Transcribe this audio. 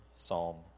Psalm